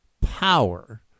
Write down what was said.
power